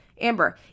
Amber